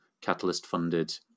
Catalyst-funded